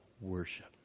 worship